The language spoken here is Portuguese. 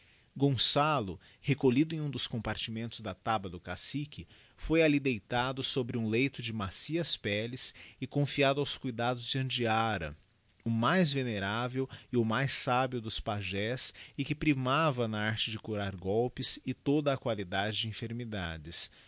gonçalo recolhido em um dos compartimentos da taba do cacique foi alli deitado sobre um leito de macias pelles e confíado aos cuidados de andiára o mais venerável e o mais sábio dos pagés e que primava na arte de curar golpes e toda a qualidade de enfermidades